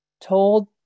told